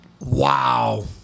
Wow